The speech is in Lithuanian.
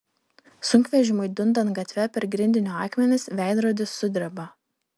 sunkvežimiui dundant gatve per grindinio akmenis veidrodis sudreba